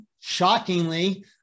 shockingly